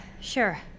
sure